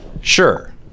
sure